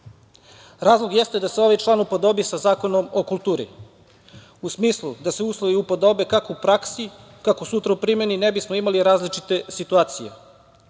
jeste da se ovaj član upodobi sa Zakonom o kulturi, u smislu da se uslovi upodobe, kako u praksi, kako sutra u primeni ne bismo imali različite situacije.